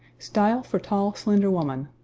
style for tall slender woman.